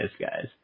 Guys